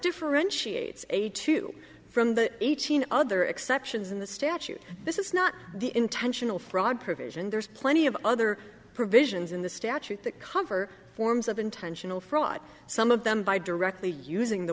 differentiates a two from the eighteen other exceptions in the statute this is not the intentional fraud provision there's plenty of other provisions in the statute that cover forms of intentional fraud some of them by directly using the